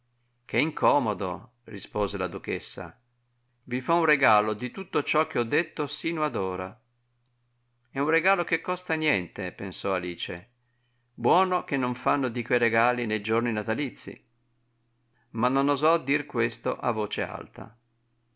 che incomodo rispose la duchessa vi fo un regalo di tutto ciò che ho detto sino ad ora è un regalo che costa niente pensò alice buono che non fanno di que regali ne giorni natalizii ma non osò dir questo a voce alta